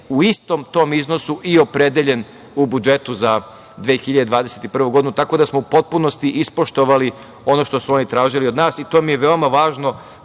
u istom tom iznosu i opredeljen u budžetu za 2021. godinu, tako da smo u potpunosti ispoštovali ono što su oni tražili od nas. To mi je veoma važno